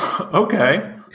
okay